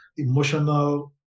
emotional